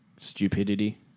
stupidity